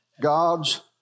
God's